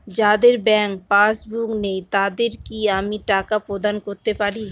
যাদের bank passbook নেই তাদের কি আমি টাকা প্রদান করতে পারি?